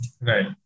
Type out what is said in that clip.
Right